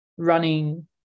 running